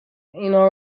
اینها